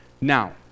Now